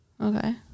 Okay